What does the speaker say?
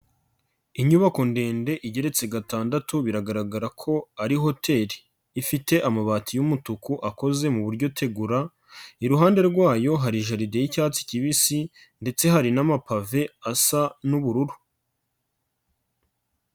Inyubako ndende igeretse gatandatu, biragaragara ko ari hoteri ifite amabati y'umutuku akoze mu buryo tegura, iruhande rwayo hari jaride y'icyatsi kibisi ndetse hari n'amapave asa n'ubururu.